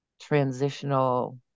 transitional